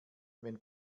wenn